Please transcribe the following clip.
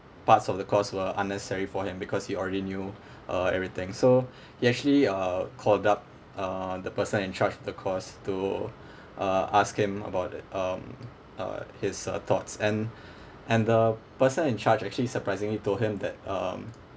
parts of the course were unnecessary for him because he already knew uh everything so he actually uh called up uh the person in charge the course to uh ask him about the um uh his thoughts and and the person in charge actually surprisingly told him that um